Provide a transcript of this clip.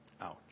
Ouch